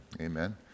Amen